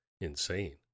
insane